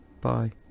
bye